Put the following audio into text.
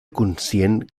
conscient